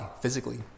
physically